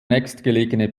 nächstgelegene